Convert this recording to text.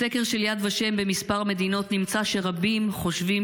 בסקר של יד ושם במספר מדינות נמצא שרבים חושבים